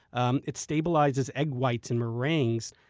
um it stabilizes egg whites in meringue. so